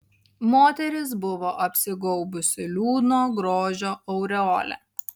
moteris buvo apsigaubusi liūdno grožio aureole